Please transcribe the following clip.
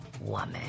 woman